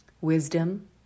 wisdom